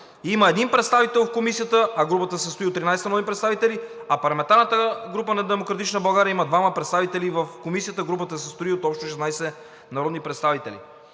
има един представител в Комисията, а групата се състои от 13 народни представители, а парламентарната група на „Демократична България“ има двама представители в Комисията – групата се състои от общо 16 народни представители."